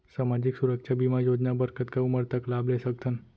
सामाजिक सुरक्षा बीमा योजना बर कतका उमर तक लाभ ले सकथन?